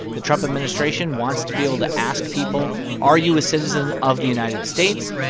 the trump administration wants to be able to ask people, are you a citizen of the united states?